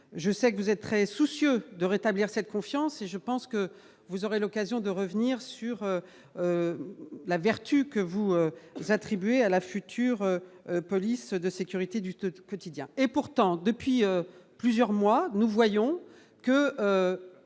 je sais que vous êtes très soucieuse de rétablir cette confiance et je pense que vous aurez l'occasion de revenir sur la vertu que vous attribuez à la future police de sécurité du tout quotidien et pourtant depuis plusieurs mois, nous voyons que